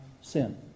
sin